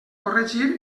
corregir